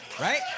Right